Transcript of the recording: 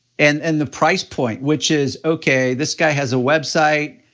and and the price point, which is, okay, this guy has a website,